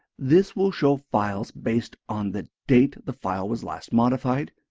this will show files based on the date the file was last modified,